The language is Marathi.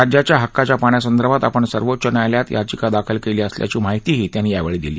राज्याच्या हक्काच्या पाण्या संदर्भात आपण सर्वोच्च न्यायालयात याचिका दाखल केली असल्याची माहिती त्यांनी यावेळी दिली